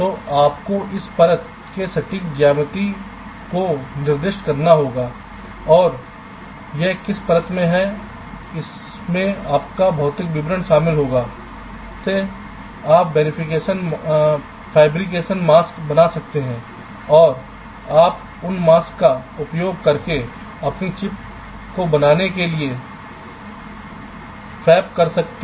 तो आपको इस परत के सटीक ज्यामिति को निर्दिष्ट करना होगा और यह किस परत में है इसमें आपका भौतिक विवरण शामिल होगा जिसमें से आप फैब्रिकेशन मास्क बना सकते हैं और आप उन मास्क का उपयोग करके अपनी चिप को बनाने के लिए फैब पर जा सकते हैं